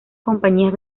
compañías